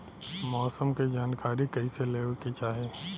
मौसम के जानकारी कईसे लेवे के चाही?